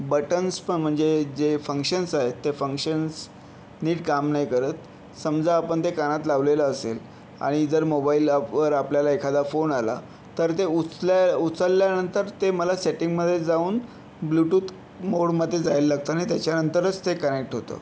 buttons पण म्हणजे जे फंक्शन्स आहेत ते फंक्शन्स नीट काम नाही करत समजा आपण ते कानात लावलेलं असेल आणि जर मोबाईल ॲपवर आपल्याला एखादा फोन आला तर ते उचल्या उचलल्यानंतर ते मला सेटिंगमध्ये जाऊन ब्लूटूथ मोडमध्ये जायला लागतं आणि त्याच्यानंतरच ते कनेक्ट होतं